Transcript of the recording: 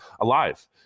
alive